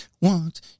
want